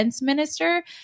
minister